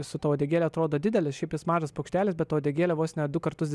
su ta uodegėle atrodo didelis šiaip jis mažas paukštelis bet ta uodegėlė vos ne du kartus